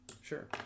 sure